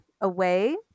away